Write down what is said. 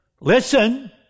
Listen